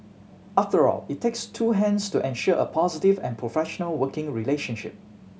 after all it takes two hands to ensure a positive and professional working relationship